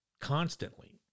constantly